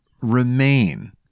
remain